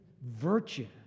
virtue